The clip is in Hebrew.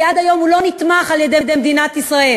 כי עד היום הוא לא נתמך על-ידי מדינת ישראל,